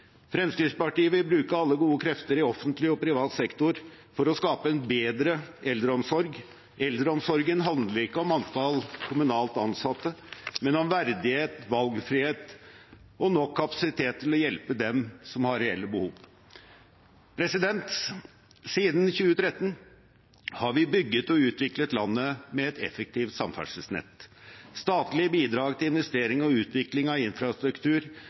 Fremskrittspartiet vil bruke alle gode krefter i offentlig og privat sektor for å skape en bedre eldreomsorg. Eldreomsorgen handler ikke om antall kommunalt ansatte, men om verdighet, valgfrihet og nok kapasitet til å hjelpe dem som har reelle behov. Siden 2013 har vi bygget og utviklet landet med et effektivt samferdselsnett. Statlige bidrag til investering og utvikling av infrastruktur